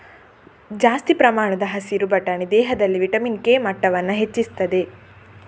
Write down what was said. ಜಾಸ್ತಿ ಪ್ರಮಾಣದ ಹಸಿರು ಬಟಾಣಿ ದೇಹದಲ್ಲಿ ವಿಟಮಿನ್ ಕೆ ಮಟ್ಟವನ್ನ ಹೆಚ್ಚಿಸ್ತದೆ